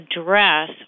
address